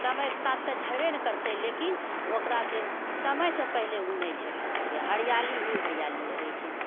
समयके साथ तऽ झड़बे ने करतै लेकिन ओकरासँ समयसँ पहिने उ नहि झड़ि सकै यऽ हरियाली ही हरियाली रहै छै